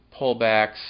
pullbacks